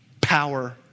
power